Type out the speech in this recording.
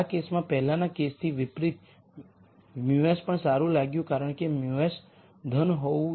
આ કેસમાં પહેલાના કેસથી વિપરીત μs પણ સારું લાગ્યું કારણ કે μs ધન હોવું જોઈએ